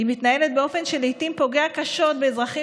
היא מתנהלת באופן שלעיתים פוגע קשות באזרחים